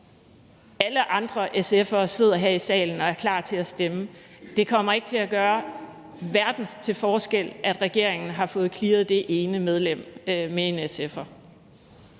alle andre SF'ere sidder her i salen og er klar til at stemme. Det kommer ikke til at gøre en verden til forskel, at regeringen har fået clearet det ene medlem med en SF'er.